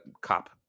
cop